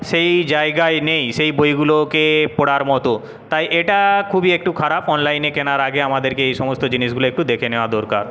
সেই জায়গায় নেই সেই বইগুলোকে পড়ার মতো তাই এটা খুবই একটু খারাপ অনলাইনে কেনার আগে আমাদেরকে এই সমস্ত জিনিসগুলো একটু দেখে নেওয়া দরকার